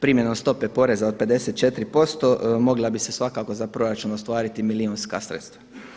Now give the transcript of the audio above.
Primjenom stope poreza od 54% mogla bi se svakako za proračun ostvariti milijunska sredstva.